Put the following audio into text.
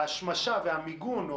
ויש את ההשמשה והמיגון,